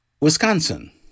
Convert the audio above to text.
Wisconsin